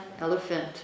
elephant